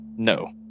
No